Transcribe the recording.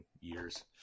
years